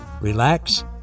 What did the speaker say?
relax